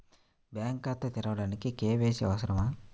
Bank ఖాతా తెరవడానికి KYC అవసరమా?